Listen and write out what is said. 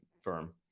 firm